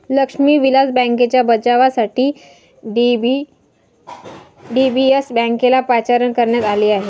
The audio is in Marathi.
लक्ष्मी विलास बँकेच्या बचावासाठी डी.बी.एस बँकेला पाचारण करण्यात आले आहे